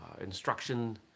instruction